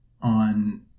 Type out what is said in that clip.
on